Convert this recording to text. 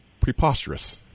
preposterous